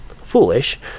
foolish